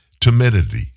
timidity